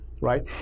right